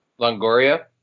Longoria